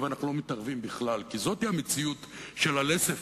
ולהגיד: יאללה,